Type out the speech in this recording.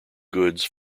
goods